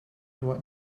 doit